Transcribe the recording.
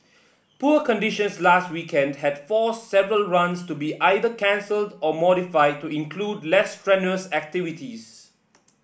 poor conditions last weekend had forced several runs to be either cancelled or modified to include less strenuous activities